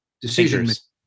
decisions